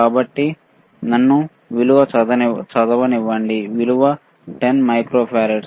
కాబట్టి నన్ను విలువ చదవనివ్వండి విలువ 10 మైక్రోఫారడ్